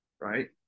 right